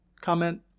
comment